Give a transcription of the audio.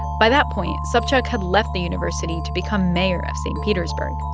by that point, sobchak had left the university to become mayor of st. petersburg,